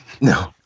No